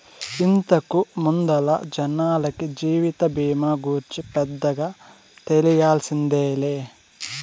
ఇంతకు ముందల జనాలకి జీవిత బీమా గూర్చి పెద్దగా తెల్సిందేలే